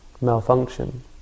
malfunction